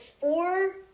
four